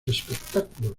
espectáculos